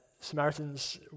Samaritans